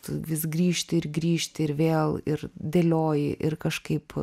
tu vis grįžti ir grįžti ir vėl ir dėlioji ir kažkaip